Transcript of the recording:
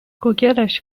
گوگلش